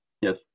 Yes